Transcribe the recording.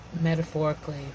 metaphorically